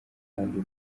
kandi